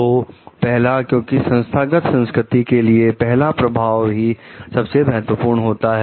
तो पहला क्योंकि संस्थागत संस्कृति के लिए पहला प्रभाव ही सबसे महत्वपूर्ण होता है